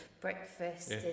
breakfast